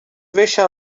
bella